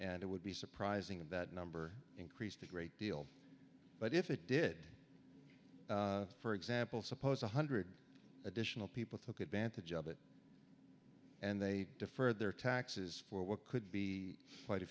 and it would be surprising of that number increased a great deal but if it did for example suppose one hundred additional people took advantage of it and they deferred their taxes for what could be quite a